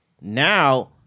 Now